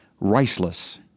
riceless